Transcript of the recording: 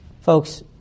Folks